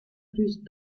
plus